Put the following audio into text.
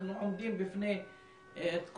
אנחנו עומדים בפני תקופה,